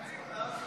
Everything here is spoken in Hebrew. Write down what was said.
סעיפים 1 2 נתקבלו.